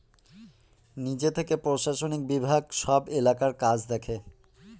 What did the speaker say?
নিজে থেকে প্রশাসনিক বিভাগ সব এলাকার কাজ দেখে